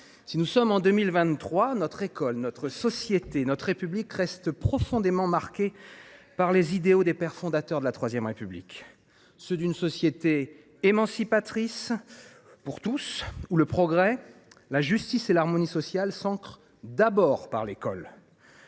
nous sommes certes en 2023, mais notre école, notre société et nos institutions restent profondément marquées par les idéaux des pères fondateurs de la III République : ceux d’une société émancipatrice pour tous, où le progrès, la justice et l’harmonie sociale s’ancrent d’abord par l’école.